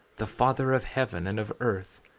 the father of heaven and of earth,